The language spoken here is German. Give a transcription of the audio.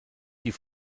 die